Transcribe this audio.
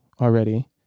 already